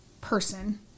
person